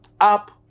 up